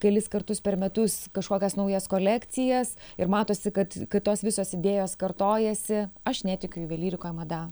kelis kartus per metus kažkokias naujas kolekcijas ir matosi kad kad tos visos idėjos kartojasi aš netikiu juvelyrikoj mada